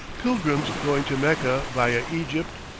pilgrims going to mecca via egypt,